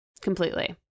completely